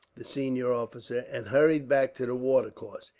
the senior officer, and hurried back to the watercourse.